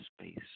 space